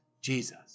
Jesus